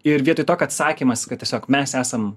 ir vietoj to kad sakymas kad tiesiog mes esam